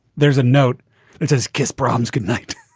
there's a note that says kiss prom's goodnight.